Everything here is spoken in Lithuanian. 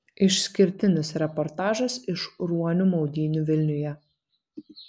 išskirtinis reportažas iš ruonių maudynių vilniuje